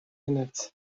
minutes